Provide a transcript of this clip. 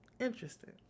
Interesting